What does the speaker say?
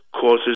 causes